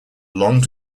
long